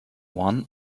one